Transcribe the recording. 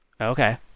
Okay